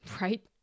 Right